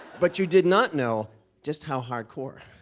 but you did not know just how hardcore